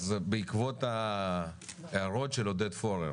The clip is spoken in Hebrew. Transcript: בעקבות ההערות של עודד פורר